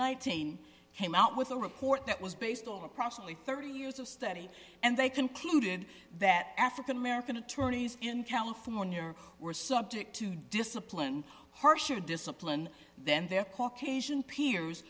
th teen came out with a report that was based on approximately thirty years of study and they concluded that african american attorneys in california were subject to discipline harsher discipline then their caucasian peers